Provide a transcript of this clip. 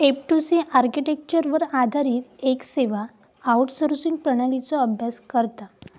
F two C आर्किटेक्चरवर आधारित येक सेवा आउटसोर्सिंग प्रणालीचो अभ्यास करता